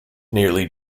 nearly